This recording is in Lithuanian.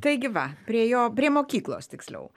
taigi va prie jo prie mokyklos tiksliau